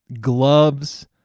gloves